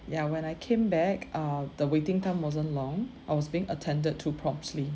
ya when I came back uh the waiting time wasn't long I was being attended to promptly